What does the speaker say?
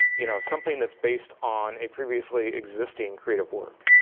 you know, something that's based on a previously existing creative work.